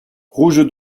rouge